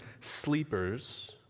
sleepers